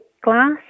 glass